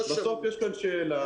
בסוף יש כאן שאלה,